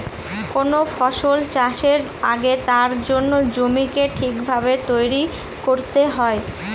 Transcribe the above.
কোন ফসল চাষের আগে তার জন্য জমিকে ঠিক ভাবে তৈরী করতে হয়